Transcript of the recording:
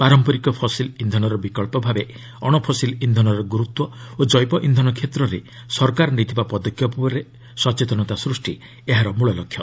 ପାରମ୍ପରିକ ଫସିଲ୍ ଇନ୍ଧନର ବିକ୍ସ ଭାବେ ଅଣଫସିଲ୍ ଇନ୍ଧନର ଗୁରୁତ୍ୱ ଓ ଜୈବ ଇନ୍ଧନ କ୍ଷେତ୍ରରେ ସରକାର ନେଇଥିବା ପଦକ୍ଷେପ ଉପରେ ସଚେତନତା ସୃଷ୍ଟି ଏହାର ମୂଳ ଲକ୍ଷ୍ୟ